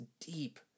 deep